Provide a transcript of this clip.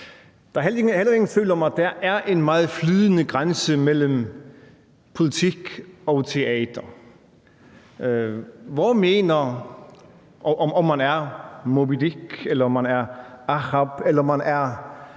er heller ingen tvivl om, at der er en meget flydende grænse mellem politik og teater, og om man er Moby Dick, eller om man er Ahab, eller om man er